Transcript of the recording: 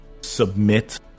submit